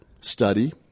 study